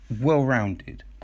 well-rounded